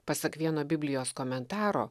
pasak vieno biblijos komentaro